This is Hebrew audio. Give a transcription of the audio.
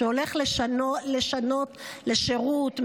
שהולך לשנות שירות,